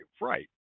right